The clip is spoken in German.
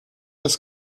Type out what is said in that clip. des